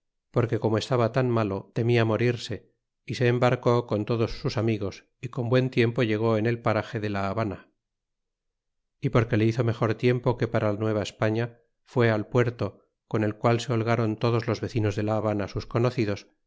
porque como estaba tan malo temia morirse ése embarcó con todos sus amigos y con buen tiempo llegó en el parage de la habana y porque le hizo mejor tiempo que para la nueva españa fué al puerto con el qual se holgáron todos los vecinos de la habana sus conocidos